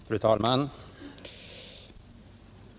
Fru talman!